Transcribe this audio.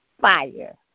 fire